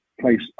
place